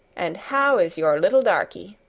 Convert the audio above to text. and how is your little darkie?